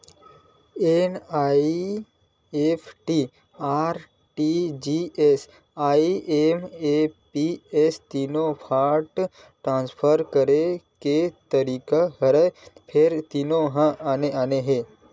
NEFT, RTGS, IMPS तीनो ह fund transfer करे के तरीका हरय फेर तीनो ह आने आने हे